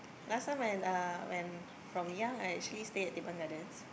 last time when uh when from young I actually stayed at Teban-Gardens